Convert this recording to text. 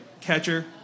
catcher